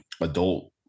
adult